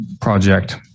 project